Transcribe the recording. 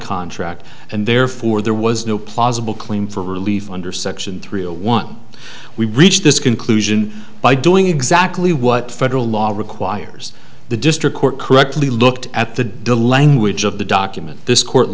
contract and therefore there was no plausible claim for relief under section three a one we reached this conclusion by doing exactly what federal law requires the district court correctly looked at the delaying which of the document this court